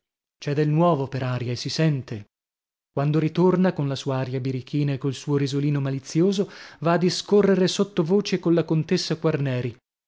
c'è del nuovo per aria e si sente quando ritorna con la sua aria birichina e col suo risolino malizioso va a discorrere sottovoce colla contessa quarneri